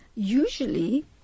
Usually